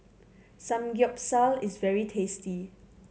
samgyeopsal is very tasty